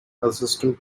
assistant